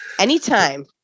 Anytime